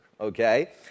okay